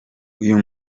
uyu